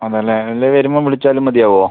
അതേയല്ലേ അല്ലേൽ വരുമ്പം വിളിച്ചാലും മതിയാവുമോ